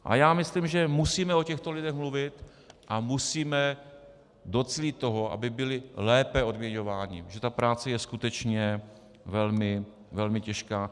A já myslím, že musíme o těchto lidech mluvit a musíme docílit toho, aby byli lépe odměňováni, protože ta práce je skutečně velmi těžká.